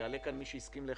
יעלה כאן מי שהסכים להיחשף.